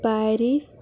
Paris